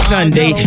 Sunday